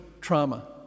trauma